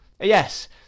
Yes